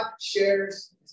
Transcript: shares